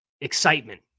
excitement